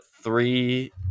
three